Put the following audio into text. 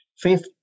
Fifth